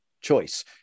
Choice